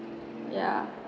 ya